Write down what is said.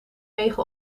wegen